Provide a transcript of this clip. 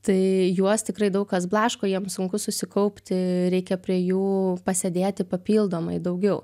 tai juos tikrai daug kas blaško jiem sunku susikaupti reikia prie jų pasėdėti papildomai daugiau